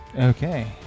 Okay